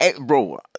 bro